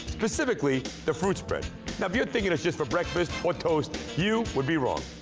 specifically, the fruit spread. now if you're thinking it's just for breakfast or toast. you would be wrong.